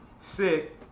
sick